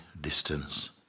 distance